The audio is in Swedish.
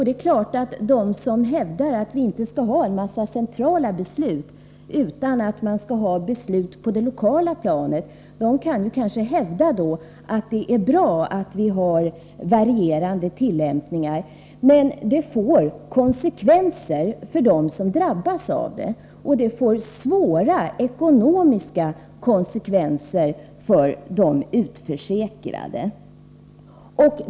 Det är klart att de som hävdar att vi inte skall fatta en massa centrala beslut utan att besluten skall fattas på det lokala planet, kanske kan hävda att det är bra att det förekommer varierande tillämpningar. Men det får konsekvenser för dem som drabbas, och det får svåra ekonomiska konsekvenser för de utförsäkrade.